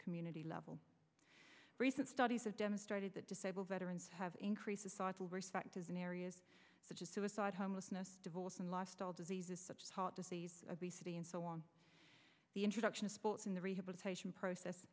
community level recent studies have demonstrated that disabled veterans have increases thoughtful respect as in areas such as suicide homelessness divorce and lost all diseases such as heart disease obesity and so on the introduction of sports in the rehabilitation process